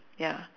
ya